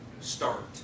Start